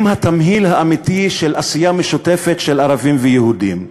הם התמהיל האמיתי של עשייה משותפת של ערבים ויהודים.